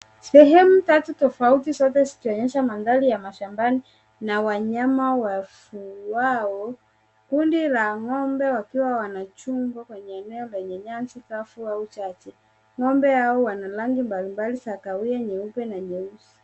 Sehemu tatu tofauti zote zikionyesha mandhari ya shambani na wanyama wafugwao. Kundi la ng'ombe wakiwa wanachungwa kwenye eneo lenye nyansi kavu au chache. Ng'ombe hao wana rangi mbalimbali za kawia, nyeupe na nyeusi.